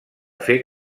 fer